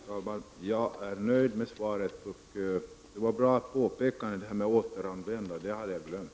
Herr talman! Jag är nöjd med svaret. Det var bra att miljöministern påpe kade detta om återanvändningen — det hade jag glömt.